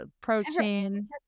protein